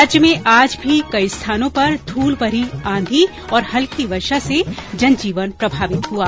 राज्य में आज भी कई स्थानों पर धूलभरी आंधी और हल्की वर्षा से जनजीवन प्रभावित हुआ